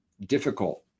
difficult